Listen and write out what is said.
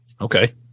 Okay